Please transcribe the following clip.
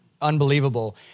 Unbelievable